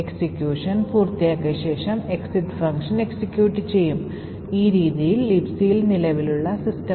കാനറികളെയും z execstackനെയും disable ചെയ്യുന്ന " fno stack protector" എന്ന ഓപ്ഷൻ compile ചെയ്യുമ്പോൾ സ്പെസിഫൈ ചെയ്യുക എന്നുള്ളതാണ് അതിനുള്ള മാർഗം